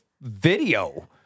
video